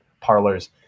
parlors